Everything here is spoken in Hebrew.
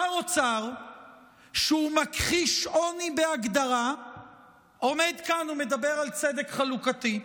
שר אוצר שהוא מכחיש עוני בהגדרה עומד כאן ומדבר על צדק חלוקתי.